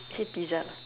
K pizza